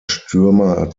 stürmer